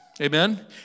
Amen